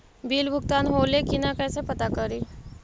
Bill भुगतान होले की न कैसे पता करी?